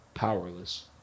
Powerless